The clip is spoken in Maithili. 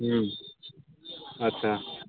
ह्म्म अच्छा